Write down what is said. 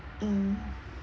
mm